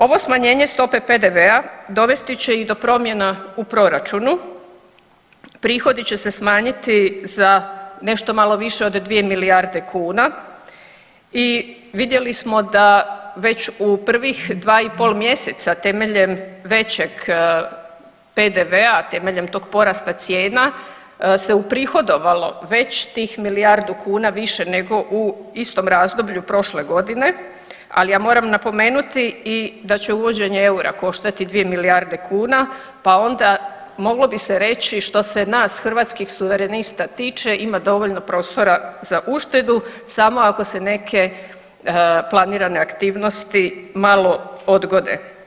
Ovo smanjenje stope PDV-a dovesti će i do promjena u proračunu, prihodi će se smanjiti za nešto malo više od 2 milijarde kuna i vidjeli smo da već u prvih 2 i pol mjeseca temeljem većeg PDV-a, temeljem tog porasta cijena se uprihodovalo već tih milijardu kuna više nego u istom razdoblju prošle godine, ali ja moram napomenuti i da će uvođenje eura koštati 2 milijarde kuna, pa onda moglo bi se reći što se nas Hrvatskih suverenista tiče ima dovoljno prostora za uštedu samo ako se neke planirane aktivnosti malo odgode.